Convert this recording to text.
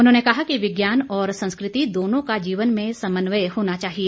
उन्होंने कहा कि विज्ञान और संस्कृति दोनों का जीवन में समन्वय होना चाहिए